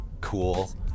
cool